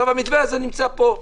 המתווה הזה נמצא פה,